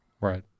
Right